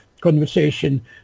conversation